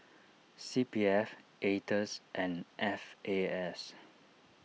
C P F Aetos and F A S